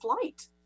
flight